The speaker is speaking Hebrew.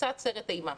קצת סרט אימה.